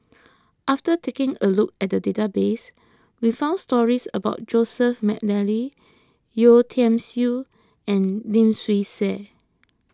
after taking a look at the database we found stories about Joseph McNally Yeo Tiam Siew and Lim Swee Say